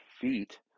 feet